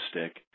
stick